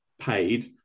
paid